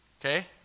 Okay